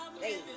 Hey